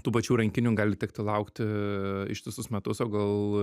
tų pačių rankinių gali tekti laukti ištisus metus o gal